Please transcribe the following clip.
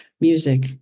music